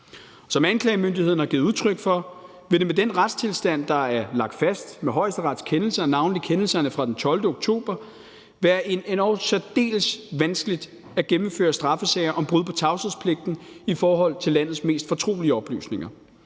Som anklagemyndigheden har givet udtryk for, vil det med den retstilstand, der er lagt fast med Højesterets kendelser, navnlig kendelserne fra den 12. oktober, være endog særdeles vanskeligt at gennemføre straffesager om brud på tavshedspligten i forhold til landets mest fortrolige oplysninger